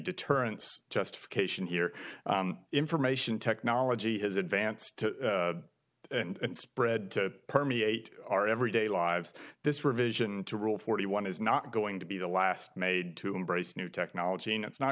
deterrence justification here information technology has advanced and spread to permeate our everyday lives this revision to rule forty one is not going to be the last made to embrace new technology and it's not